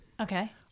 Okay